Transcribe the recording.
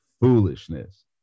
foolishness